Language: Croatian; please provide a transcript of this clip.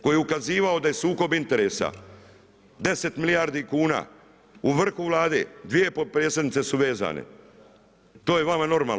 Koji je ukazivao da je sukob interesa 10 milijardi kuna u vrhu Vlade, dvije potpredsjednice su vezane, to je vama normalno.